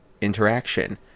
interaction